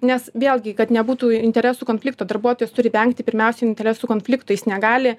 nes vėlgi kad nebūtų interesų konflikto darbuotojas turi vengti pirmiausiai interesų konflikto jis negali